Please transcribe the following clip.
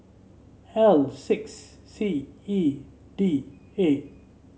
L six C E D A